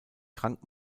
krank